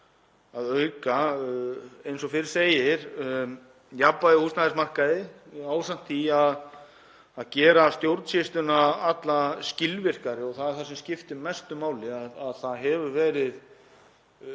að auka, eins og fyrr segir, jafnvægi á húsnæðismarkaði ásamt því að gera stjórnsýsluna alla skilvirkari. Það er það sem skiptir mestu máli. Það hefur verið